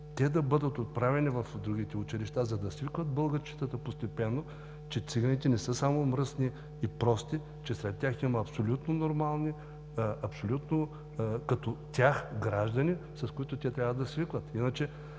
да бъдат изпратени в другите училища, за да свикват българчетата постепенно, че циганите не са само мръсни и прости, че сред тях има абсолютно нормални като тях граждани, с които те трябва да свикват.